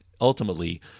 ultimately